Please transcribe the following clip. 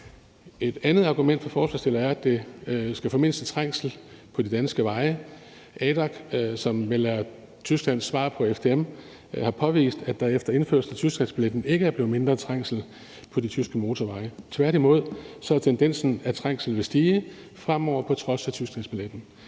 Et af argumenterne fra forslagsstillerne er, at det skal formindske trængslen på de danske veje. ADAC, som vel er Tysklands svar på FDM, har påvist, at der efter indførsel af tysklandsbilletten ikke er blevet mindre trængsel på de tyske motorveje, tværtimod er tendensen, at trængslen vil stige fremover på trods af tysklandsbilletten.